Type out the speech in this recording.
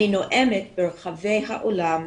אני נואמת ברחבי העולם.